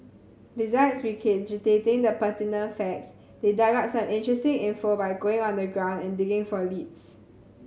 besides regurgitating the pertinent facts they dug up some interesting info by going on the ground and digging for leads